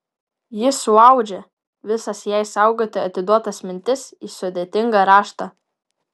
ji suaudžia visas jai saugoti atiduotas mintis į sudėtingą raštą